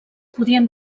podien